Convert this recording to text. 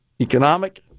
economic